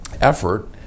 effort